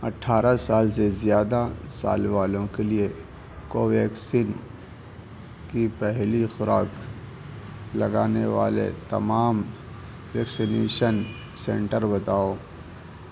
اٹھارہ سال سے زیادہ سال والوں کے لیے کو ویکسین کی پہلی خوراک لگانے والے تمام ویکسینیشن سنٹر بتاؤ